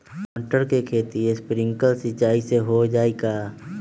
मटर के खेती स्प्रिंकलर सिंचाई से हो जाई का?